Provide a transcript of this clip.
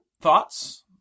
Thoughts